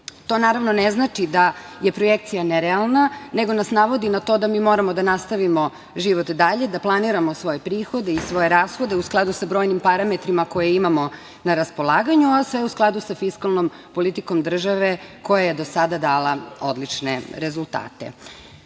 to naravno ne znači da je projekcija nerealna, nego nas navodi na to da mi moramo da nastavimo život dalje, da planiramo svoje prihode i svoje rashode u skladu sa brojnim parametrima koje imamo na raspolaganju, a sve u skladu sa fiskalnom politikom države koja je do sada dala odlične rezultate. Što